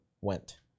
went